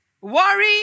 worry